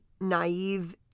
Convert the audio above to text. naive